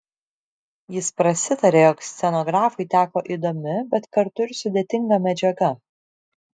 jis prasitarė jog scenografui teko įdomi bet kartu ir sudėtinga medžiaga